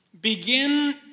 begin